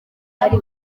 ari